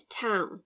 town